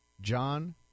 John